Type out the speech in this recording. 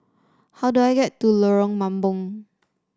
how do I get to Lorong Mambong